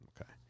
Okay